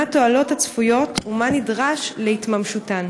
מה הן התועלות הצפויות ומה נדרש להתממשותן?